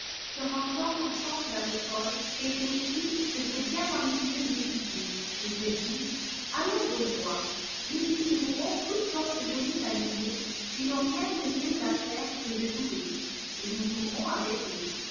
se rendant ensemble à l'école réfléchissent que c'est l ien ennuyeux d'étudier et se disent allons au bois nous y trouverons toutes sortes de jolis animaux qui n'ont rien de mieux à faire que de jouer et nous jouerons avec eux